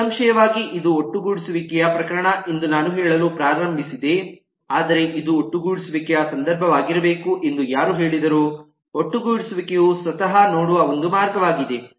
ನಿಸ್ಸಂಶಯವಾಗಿ ಇದು ಒಟ್ಟುಗೂಡಿಸುವಿಕೆಯ ಪ್ರಕರಣ ಎಂದು ನಾನು ಹೇಳಲು ಪ್ರಾರಂಭಿಸಿದೆ ಆದರೆ ಇದು ಒಟ್ಟುಗೂಡಿಸುವಿಕೆಯ ಸಂದರ್ಭವಾಗಿರಬೇಕು ಎಂದು ಯಾರು ಹೇಳಿದರು ಒಟ್ಟುಗೂಡಿಸುವಿಕೆಯು ಸ್ವತಃ ನೋಡುವ ಒಂದು ಮಾರ್ಗವಾಗಿದೆ